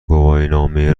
گواهینامه